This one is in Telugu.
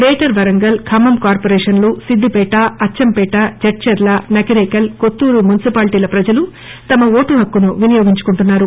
గ్రేటర్ వరంగల్ ఖమ్మం కార్పొరేషన్లు సిద్దిపేట అచ్చంపేట జడ్సర్ల నకిరేకల్ కొత్తూరు మున్సిపాలిటీల ప్రజలు తమ ఓటు హక్కు వినియోగించుకుంటున్నారు